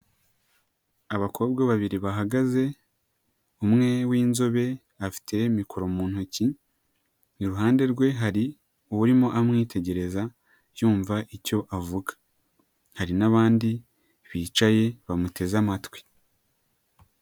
Abakobwa babiri bahagaze, umwe w'inzobe, afite mikoro mu ntoki, iruhande rwe hari urimo amwitegereza, yumva icyo avuga, hari n'abandi bicaye, bamuteze amatwi.